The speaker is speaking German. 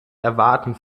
erwarten